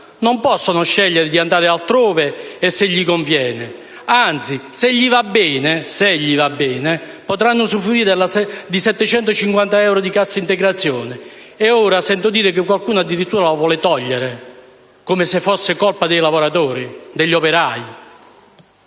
Non possono scegliere di andare altrove e se gli conviene; anzi, se gli va bene, potranno usufruire di 750 euro di cassa integrazione. Ora, sento anche dire che qualcuno addirittura la vuole togliere, come se fosse colpa dei lavoratori, degli operai.